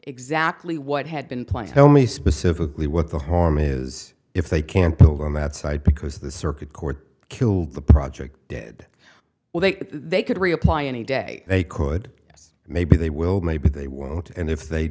exactly what had been planned tell me specifically what the harm is if they can't build on that side because the circuit court killed the project well they they could reapply any day they could yes maybe they will maybe they won't and if they